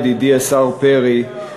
ידידי השר פרי,